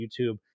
YouTube